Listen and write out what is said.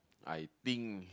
I think